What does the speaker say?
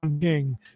King